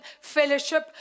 fellowship